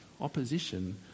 opposition